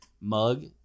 mug